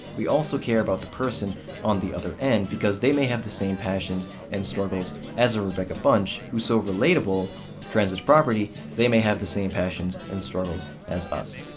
we also care about the person on the other end because they may have the same passions and struggles as a rebecca bunch, who's so relatable transitive property they may have the same passions and struggles as us.